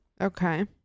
Okay